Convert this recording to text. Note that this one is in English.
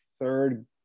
third